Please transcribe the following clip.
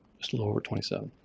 just a little over twenty seven.